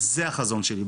זה החזון שלי,